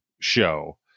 show